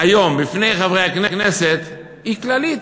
היום בפני חברי הכנסת היא כללית,